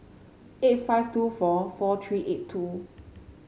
eight five two four four three eight two